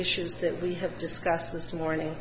issues that we have discussed this morning